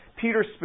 Peter